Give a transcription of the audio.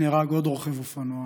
נהרג עוד רוכב אופנוע,